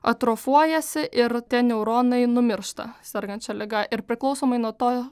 atrofuojasi ir tie neuronai numiršta sergant šia liga ir priklausomai nuo to